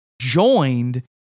joined